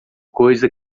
coisa